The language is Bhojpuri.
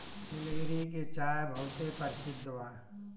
निलगिरी के चाय बहुते परसिद्ध बा